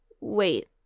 Wait